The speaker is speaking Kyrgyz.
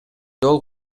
жол